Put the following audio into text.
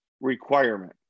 requirement